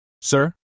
Sir